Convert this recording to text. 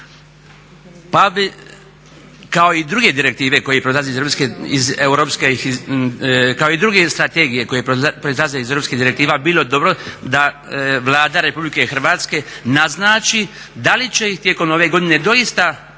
kao i druge strategije koje proizlaze iz europskih direktiva bilo dobro da Vlada RH naznači da li će ih tijekom ove godine doista Hrvatski